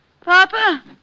Papa